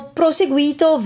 proseguito